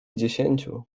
dziesięciu